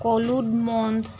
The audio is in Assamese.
কলুদ মন্দ